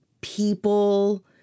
people